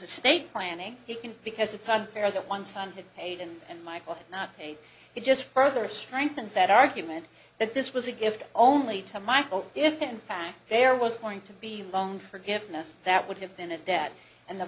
estate planning he can because it's unfair that one son had paid and michael had not paid it just further strengthens that argument that this was a gift only to michael if in fact there was going to be loan forgiveness that would have been a debt and the